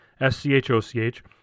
S-C-H-O-C-H